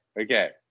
Okay